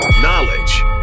Knowledge